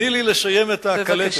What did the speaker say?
תני לי לסיים את הקלטת,